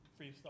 freestyle